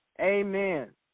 Amen